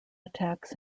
attacks